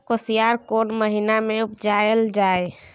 कोसयार कोन महिना मे उपजायल जाय?